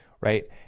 right